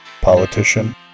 politician